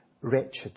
wretched